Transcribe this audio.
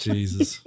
Jesus